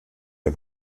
der